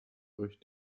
euch